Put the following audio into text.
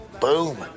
Boom